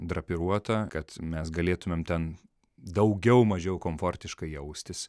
drapiruota kad mes galėtumėm ten daugiau mažiau komfortiškai jaustis